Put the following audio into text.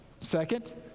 Second